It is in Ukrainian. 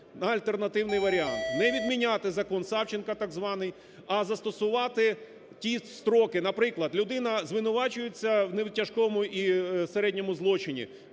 альтернативний варіант – не відміняти "закон Савченко" так званий, а застосувати ті строки, наприклад, людина звинувачується в нетяжкому і середньому злочині